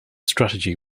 strategy